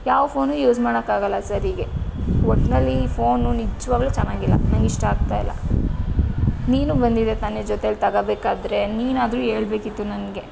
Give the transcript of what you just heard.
ಯಾವ ಫೋನೂ ಯೂಸ್ ಮಾಡೋಕ್ಕಾಗಲ್ಲ ಸರಿಗೆ ಒಟ್ನಲ್ಲಿ ಈ ಫೋನು ನಿಜವಾಗಲೂ ಚೆನ್ನಾಗಿಲ್ಲ ನನಗಿಷ್ಟ ಆಗ್ತಾ ಇಲ್ಲ ನೀನೂ ಬಂದಿದ್ಯಾ ತಾನೆ ಜೊತೇಲಿ ತಗೋಬೇಕಾದ್ರೆ ನೀನಾದರೂ ಹೇಳಬೇಕಿತ್ತು ನನಗೆ